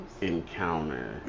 encounter